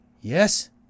yes